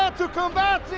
um to combat